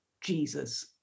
Jesus